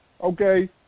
okay